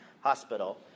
Hospital